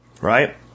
Right